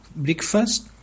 Breakfast